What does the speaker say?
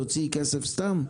תוציאי כסף סתם?